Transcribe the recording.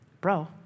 Bro